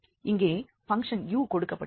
இங்கே function u கொடுக்கப்பட்டுள்ளது